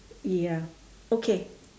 ya okay